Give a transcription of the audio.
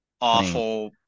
awful